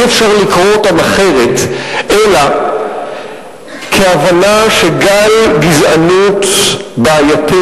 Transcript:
אי-אפשר לקרוא אותם אחרת אלא כהבנה שגל גזענות בעייתי